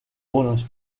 unos